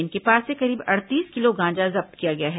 इनके पास से करीब अड़तीस किलो गांजा जब्त किया गया है